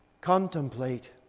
contemplate